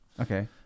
okay